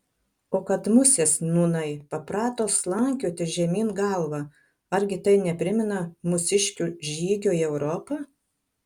o kad musės nūnai paprato slankioti žemyn galva argi tai neprimena mūsiškių žygio į europą